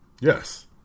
yes